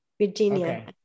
Virginia